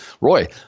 Roy